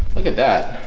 look at that